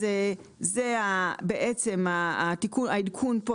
זה בעצם העדכון פה.